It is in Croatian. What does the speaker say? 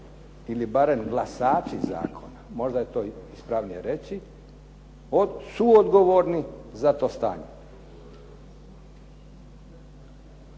ili barem glasači zakona, možda je to ispravnije reći, suodgovorni za to stanje.